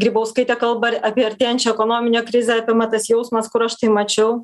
grybauskaitė kalba ar apie artėjančią ekonominę krizę apima tas jausmas kur aš tai mačiau